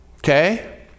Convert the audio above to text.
Okay